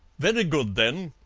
very good, then,